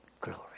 Glory